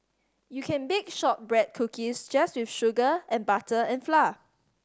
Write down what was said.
you can bake shortbread cookies just with sugar and butter and flour